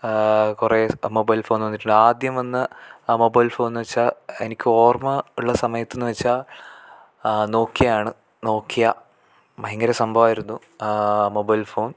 കുറെ mobile phone വന്നിട്ടുണ്ട് ആദ്യം വന്ന മൊബൈൽ ഫോന്ന് വെച്ചാൽ എനിക്ക് ഓർമ്മ ഉള്ള സമയത്ത്ന്ന് വെച്ചാൽ നോകിയാണ് നോക്കിയാ ഭയങ്കര സംഭവമായിരുന്നു മൊബൈൽ ഫോൺ